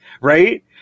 right